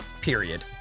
Period